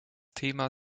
thema